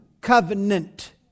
covenant